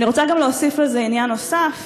אני רוצה גם להוסיף לזה עניין נוסף,